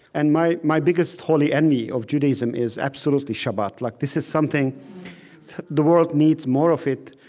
and my my biggest holy envy of judaism is, absolutely, shabbat. like this is something the world needs more of it.